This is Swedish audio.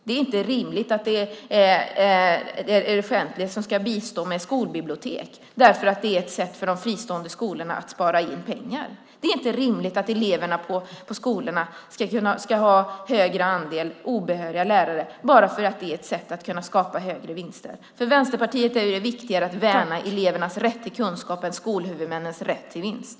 Det är inte rimligt att det är det offentliga som ska bistå med skolbibliotek. För det är ett sätt för de fristående skolorna att spara in pengar. Det är inte rimligt att eleverna på skolorna ska ha högre andel obehöriga lärare bara för att det är ett sätt att kunna skapa högre vinster. För Vänsterpartiet är det viktigare att värna elevernas rätt till kunskap än skolhuvudmännens rätt till vinst.